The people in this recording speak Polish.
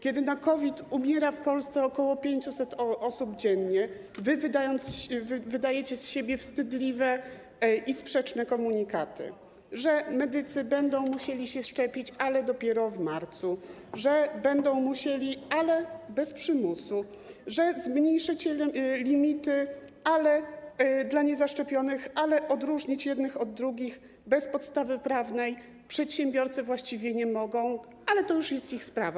Kiedy na COVID umiera w Polsce ok. 500 osób dziennie, wydajecie z siebie wstydliwe i sprzeczne komunikaty, że medycy będą musieli się szczepić, ale dopiero w marcu, że będą musieli, ale bez przymusu, że zmniejszycie limity dla niezaszczepionych, ale odróżnić jednych od drugich bez podstawy prawnej przedsiębiorcy właściwie nie mogą, bo według was to już jest ich sprawa.